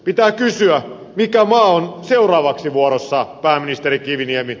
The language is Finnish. pitää kysyä mikä maa on seuraavaksi vuorossa pääministeri kiviniemi